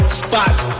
spots